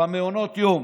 במעונות היום,